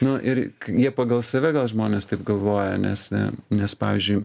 nu ir jie pagal save gal žmonės taip galvoja nes ne nes pavyzdžiui